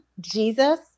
Jesus